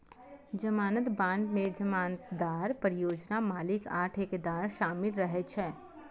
जमानत बांड मे जमानतदार, परियोजना मालिक आ ठेकेदार शामिल रहै छै